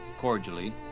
cordially